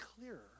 clearer